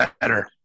better